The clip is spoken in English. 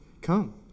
Come